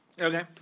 okay